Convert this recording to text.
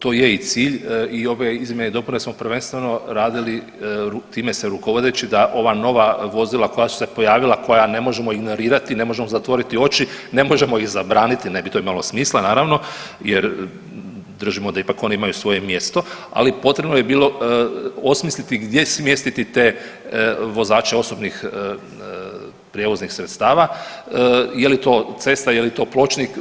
To je i cilj i ove izmjene i dopune smo prvenstveno radili time se rukovodeći da ova nova vozila koja su se pojavila koja ne možemo ignorirati, ne možemo zatvoriti oči, ne možemo ih zabraniti ne bi to imalo smisla naravno jer držimo da ipak oni imaju svoje mjesto, ali potrebno je bilo osmisliti gdje smjestiti te vozače osobnih prijevoznih sredstava, je li to cesta, je li to pločnik.